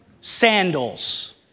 sandals